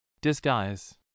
Disguise